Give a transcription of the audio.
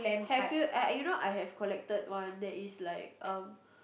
have you uh you know I have collected one that is like uh